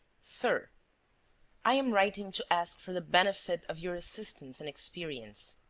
sir i am writing to ask for the benefit of your assistance and experience.